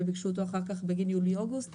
וביקשו אותו אחר כך בגין יולי-אוגוסט.